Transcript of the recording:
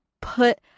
put